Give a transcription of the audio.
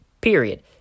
period